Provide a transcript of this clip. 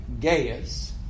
Gaius